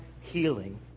healing